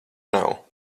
nav